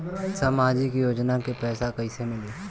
सामाजिक योजना के पैसा कइसे मिली?